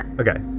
Okay